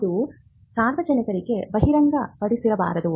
ಅದು ಸಾರ್ವಜನಿಕರಿಗೆ ಬಹಿರಂಗಪಡಿಸಿರಬಾರದು